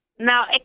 Now